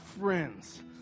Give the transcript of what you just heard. friends